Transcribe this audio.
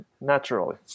naturally